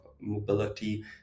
mobility